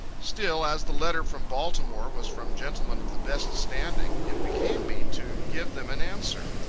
still, as the letter from baltimore was from gentlemen of the best standing, it became me to give them an answer.